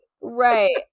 right